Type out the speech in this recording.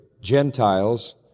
Gentiles